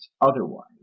otherwise